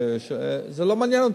זה לא מעניין אותה,